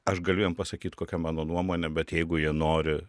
aš galiu jam pasakyt kokia mano nuomonė bet jeigu jie nori